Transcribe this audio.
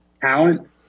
talent